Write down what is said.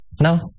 No